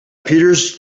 peters